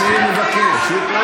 שר הביטחון, פשוט לא